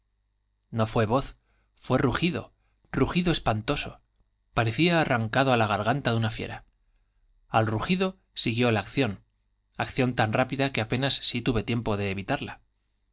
o fué voz fué rugido rugido espantoso parecía arrancado á la garganta de una fiera al rugido siguió la acción acción tan rápida que apenas si tuve tiempo de evitarla